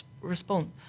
respond